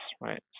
right